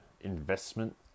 investment